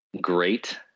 great